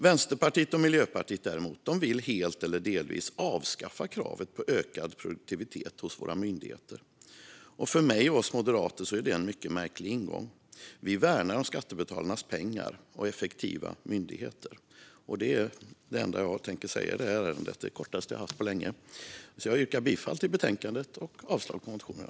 Vänsterpartiet och Miljöpartiet vill däremot helt eller delvis avskaffa kravet på ökad produktivitet hos våra myndigheter. För mig och oss moderater är det en mycket märklig ingång. Vi värnar om skattebetalarnas pengar och effektiva myndigheter. Det är det enda jag tänker säga i det här ärendet. Det här är det kortaste inlägg jag haft på länge. Jag yrkar bifall till utskottets förslag och avslag på motionerna.